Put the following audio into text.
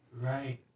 Right